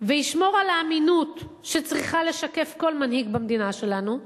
וישמור על האמינות שצריכה לשקף כל מנהיג במדינה שלנו,